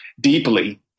deeply